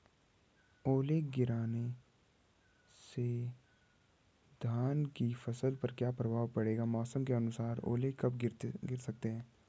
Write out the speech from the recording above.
ओले गिरना से धान की फसल पर क्या प्रभाव पड़ेगा मौसम के अनुसार ओले कब गिर सकते हैं?